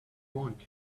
want